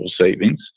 savings